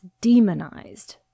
demonized